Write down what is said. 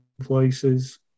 places